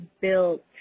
built